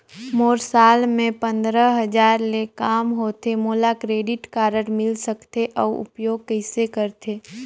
मोर साल मे पंद्रह हजार ले काम होथे मोला क्रेडिट कारड मिल सकथे? अउ उपयोग कइसे करथे?